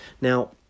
Now